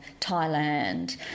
Thailand